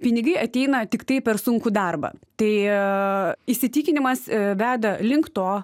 pinigai ateina tiktai per sunkų darbą tai įsitikinimas veda link to